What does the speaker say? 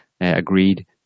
agreed